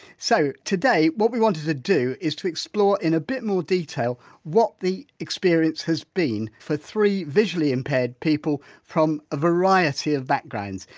so today, what we wanted to do is to explore in a bit more detail what the experience has been for three visually impaired people from a variety of backgrounds,